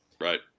right